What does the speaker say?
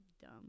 dumb